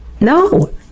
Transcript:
no